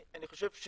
אני חושב,